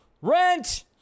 Rent